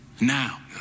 now